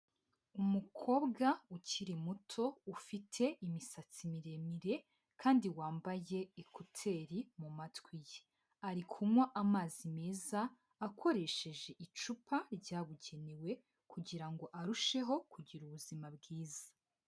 Umukobwa ukiri muto ufite imisatsi miremire kandi wambaye ekuteri mu matwi ye, ari kunywa amazi meza akoresheje icupa ryabugenewe kugira ngo arusheho kugira ubuzima bwiza.